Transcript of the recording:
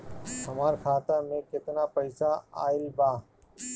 हमार खाता मे केतना पईसा आइल बा?